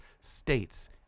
states